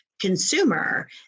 consumer